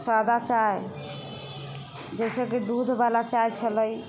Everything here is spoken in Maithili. सादा चाइ जइसेकि दूधवला चाइ छलै